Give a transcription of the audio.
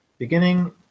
Beginning